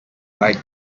like